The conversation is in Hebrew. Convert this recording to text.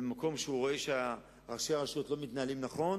במקום שהוא רואה שראשי הרשויות לא מתנהלים נכון,